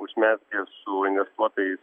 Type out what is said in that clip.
užmezgę su investuotojais